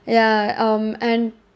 ya um and